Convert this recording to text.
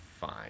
fine